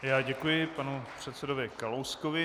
Já děkuji panu předsedovi Kalouskovi.